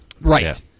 Right